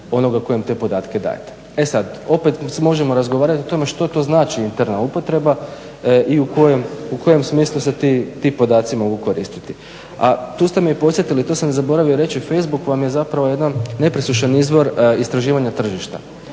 onoga tko im te podatke daje. E sad opet se možemo razgovarati o tome što to znači interna upotreba i u kojem smislu se ti podaci mogu koristiti. A tu ste me i podsjetili, to sam zaboravio reći facebook je jedan nepresušan izvor istraživanja tržišta